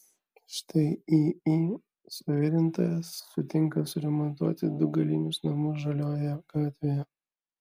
štai iį suvirintojas sutinka suremontuoti du galinius namus žaliojoje gatvėje